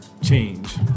change